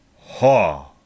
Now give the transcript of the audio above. Ha